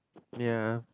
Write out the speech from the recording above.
ya